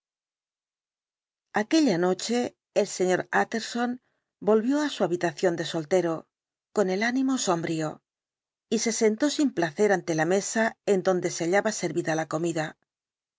aquella noche el sr utterson volvió á su habitación de soltero con el ánimo sombrío y se sentó sin placer ante la mesa en donde se hallaba servida la comida